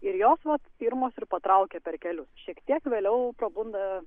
ir jos vat pirmos ir patraukia per kelius šiek tiek vėliau prabunda